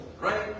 right